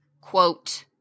quote